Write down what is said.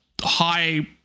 High